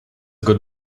good